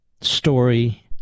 Story